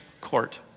Court